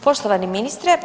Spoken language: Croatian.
Poštovani ministre.